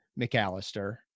McAllister